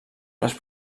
les